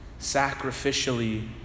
sacrificially